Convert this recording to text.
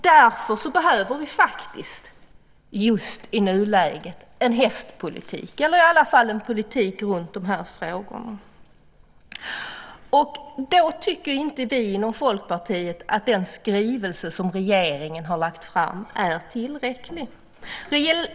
Därför behöver vi i nuläget en hästpolitik eller i alla fall en politik om de här frågorna. Vi i Folkpartiet tycker inte att den skrivelse som regeringen har lagt fram är tillräcklig.